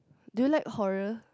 do you like horror